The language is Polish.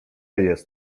jest